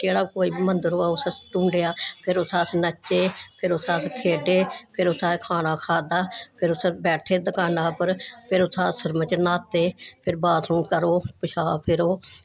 केह्ड़ा कोई मन्दर होऐ उसी ढूंडेआ फिर अस उत्थें नच्चे फिर उत्थें अस खेढे फिर उत्थें असैं खाना खाद्दा फिर उत्थें बैठे दकानां उप्पर फिर उत्थें आश्रम च न्हाते फिर बाथरूम करो पशाब फिरो